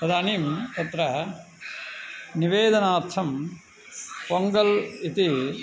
तदानीं तत्र निवेदनार्थं पोङ्गल् इति